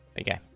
Okay